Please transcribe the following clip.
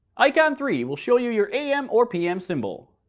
icon three will show your your am or pm symbol.